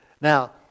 Now